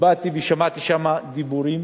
באתי ושמעתי שם דיבורים